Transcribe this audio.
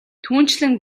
түүнчлэн